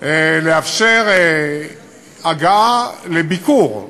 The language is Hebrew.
לאפשר הגעה לביקור,